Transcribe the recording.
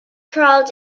crawled